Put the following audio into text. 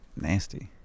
nasty